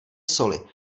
soli